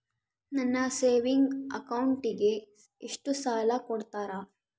ನನ್ನ ಸೇವಿಂಗ್ ಅಕೌಂಟಿಗೆ ಎಷ್ಟು ಸಾಲ ಕೊಡ್ತಾರ?